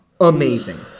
amazing